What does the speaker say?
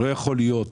לא יכול להיות